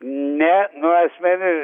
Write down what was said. ne nu asmeninis